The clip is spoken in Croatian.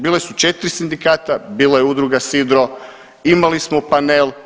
Bila su 4 sindikata, bila je Udruga „Sidro“, imali smo panel.